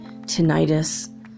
tinnitus